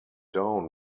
down